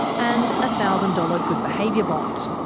and a thousand dollar good behaviour bond.